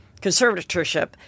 conservatorship